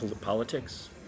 politics